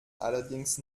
allerdings